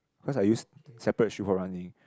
cause I use separate shoe for running